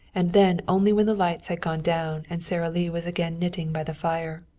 and then only when the lights had gone down and sara lee was again knitting by the fire.